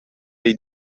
dei